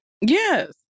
Yes